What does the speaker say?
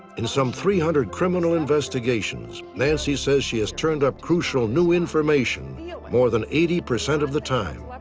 in some three hundred criminal investigations, nancy says she has turned up crucial new information more than eighty percent of the time.